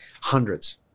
Hundreds